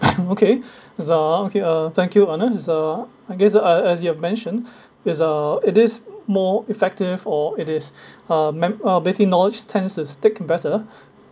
mm okay is the okay uh thank you ernest is the I guess uh as you've mentioned is the it is more effective or it is uh mem~ uh basic knowledge tends to stick better